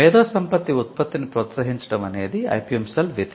మేదోసంపత్తి ఉత్పత్తిని ప్రోత్సహించడం అనేది ఐపిఎం సెల్ విధి